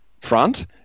front